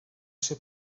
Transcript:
ser